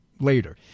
later